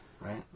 right